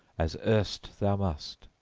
as erst thou must!